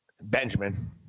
Benjamin